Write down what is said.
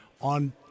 On